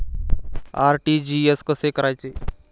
RTGS कसे करायचे?